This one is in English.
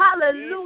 Hallelujah